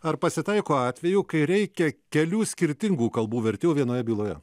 ar pasitaiko atvejų kai reikia kelių skirtingų kalbų vertėjų vienoje byloje